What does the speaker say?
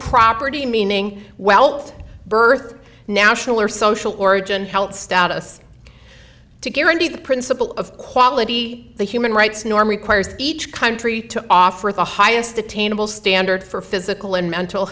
property meaning wealth birth national or social origin health status to guarantee the principle of quality the human rights norm requires each country to offer the highest attainable standard for physical and mental